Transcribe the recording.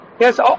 Yes